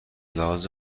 لحاظ